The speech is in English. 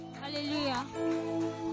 Hallelujah